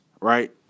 right